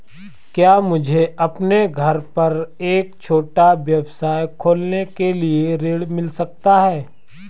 क्या मुझे अपने घर पर एक छोटा व्यवसाय खोलने के लिए ऋण मिल सकता है?